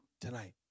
tonight